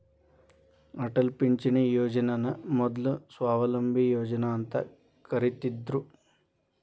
ಅಟಲ್ ಪಿಂಚಣಿ ಯೋಜನನ ಮೊದ್ಲು ಸ್ವಾವಲಂಬಿ ಯೋಜನಾ ಅಂತ ಕರಿತ್ತಿದ್ರು